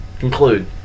conclude